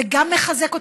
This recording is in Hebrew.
זה מחזק אותם,